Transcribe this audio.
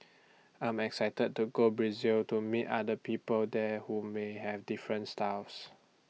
I'm excited to go Brazil to meet other people there who may have different styles